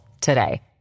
today